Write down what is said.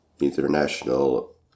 international